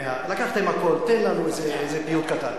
לקחתם הכול, תן לנו איזה פיוט קטן.